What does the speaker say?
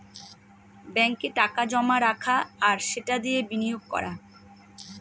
ব্যাঙ্কে টাকা জমা রাখা আর সেটা দিয়ে বিনিয়োগ করা